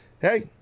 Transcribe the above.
Hey